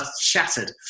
shattered